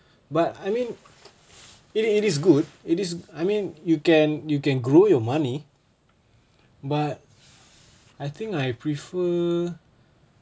but I mean it it is good it is I mean you can you can grow your money but I think I prefer